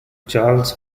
charles